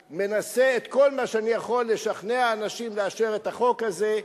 מנסה את כל מה שאני יכול לשכנע אנשים לאשר את החוק הזה,